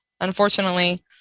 unfortunately